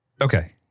Okay